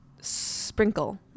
sprinkle